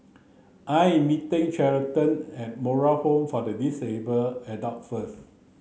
I am meeting Charlottie at Moral Home for Disabled Adults first